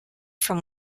from